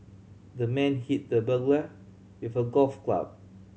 the man hit the burglar with a golf club